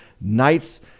nights